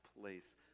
place